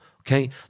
Okay